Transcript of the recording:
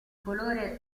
colore